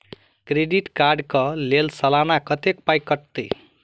Credit card कऽ लेल सलाना कत्तेक पाई कटतै?